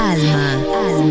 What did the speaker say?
Alma